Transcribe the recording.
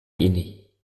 ini